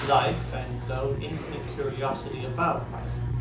life, and his own infinite curiosity about life.